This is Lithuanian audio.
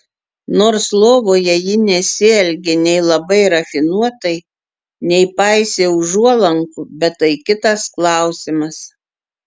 nors lovoje ji nesielgė nei labai rafinuotai nei paisė užuolankų bet tai kitas klausimas